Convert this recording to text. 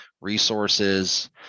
resources